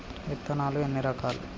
విత్తనాలు ఎన్ని రకాలు?